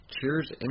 Cheers